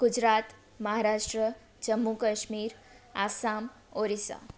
Gujarat Maharashtra Jammu Kashmir Assam Odisha